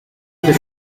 les